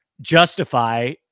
justify